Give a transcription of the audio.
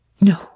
No